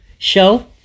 show